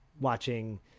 watching